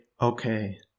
okay